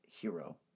hero